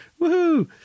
woohoo